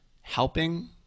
helping